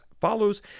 follows